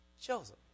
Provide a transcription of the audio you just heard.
Joseph